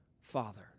Father